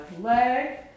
leg